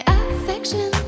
affection